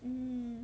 mm